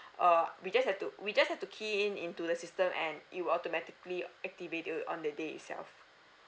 uh we just have to we just have to key in into the system and it will automatically activate it on the day itself